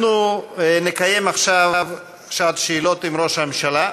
אנחנו נקיים עכשיו שעת שאלות עם ראש הממשלה,